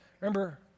Remember